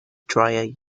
dryer